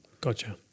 Gotcha